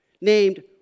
named